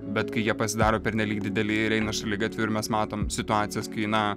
bet kai jie pasidaro pernelyg dideli ir eina šaligatviu ir mes matom situacijas kai na